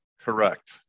Correct